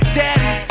daddy